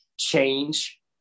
change